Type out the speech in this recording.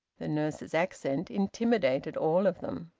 the nurse's accent intimidated all of them.